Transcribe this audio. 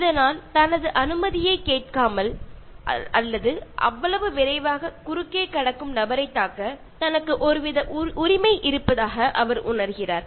അയാൾ മറ്റൊന്ന് ചിന്തിക്കുന്നത് ആരെങ്കിലും അയാളുടെ അനുവാദം ഇല്ലാതെ ക്രോസ്സ് ചെയ്താൽ അവരെ ഇടിച്ചിടാനുള്ള അധികാരമുണ്ടെന്നും ആണ് ഇങ്ങനെയുള്ള അധികാരം ഉണ്ടെന്നുമാണ്